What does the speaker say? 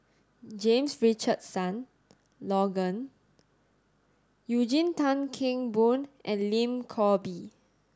James Richardson Logan Eugene Tan Kheng Boon and Lim Chor Pee